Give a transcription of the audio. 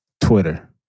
Twitter